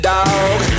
Dog